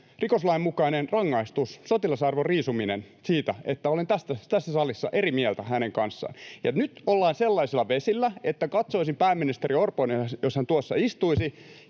rikoslain mukainen rangaistus, sotilasarvon riisuminen, siitä, että olen tässä salissa eri mieltä hänen kanssaan. Nyt ollaan sellaisilla vesillä, että katsoisin pääministeri Orpoon, jos hän tuossa istuisi,